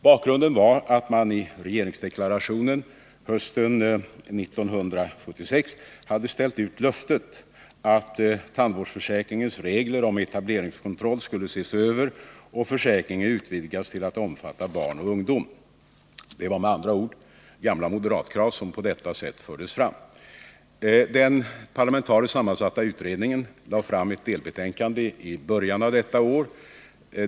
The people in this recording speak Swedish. Bakgrunden var att man i regeringsförklaringen hösten 1976 hade ställt ut löftet att tandvårdsförsäkringens regler om etableringskontroll skulle ses över och försäkringen utvidgas till att omfatta barn och ungdom. Det var med andra ord gamla moderatkrav som på detta sätt fördes fram. Den parlamentariskt sammansatta utredningen lade fram ett delbetänkande i början av detta år.